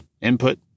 input